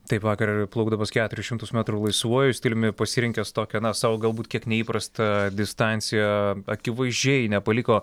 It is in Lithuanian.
taip vakar plaukdamas keturis šimtus metrų laisvuoju stiliumi pasirinkęs tokią na sau galbūt kiek neįprastą distanciją akivaizdžiai nepaliko